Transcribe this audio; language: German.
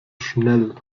schnell